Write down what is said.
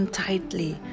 tightly